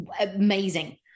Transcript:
amazing